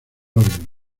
órganos